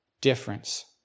Difference